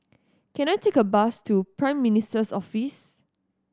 can I take a bus to Prime Minister's Office